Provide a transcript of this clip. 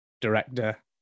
director